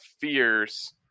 fears